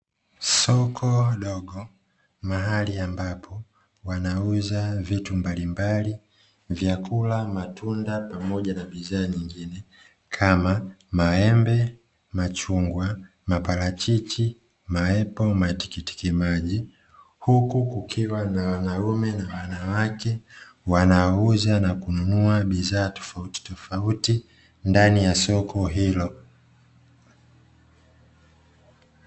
Soko dogo, mahali ambapo wanauza vitu mbalimbali: vyakula, matunda pamoja na bidhaa zingine; kama : maembe, machungwa, maparachichi, maepo, matikiti maji. Huku kukiwa na wanaume na wanawake wanaouza na kununua bidhaa tofautitofauti ndani ya soko hilo.